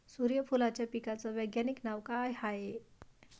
सुर्यफूलाच्या पिकाचं वैज्ञानिक नाव काय हाये?